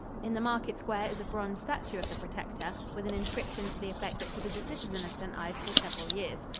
in the market square is a bronze statue of the protector, with an inscription to the effect that he was a citizen of st. ives for several years.